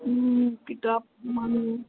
কিতাপ মানে